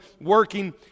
working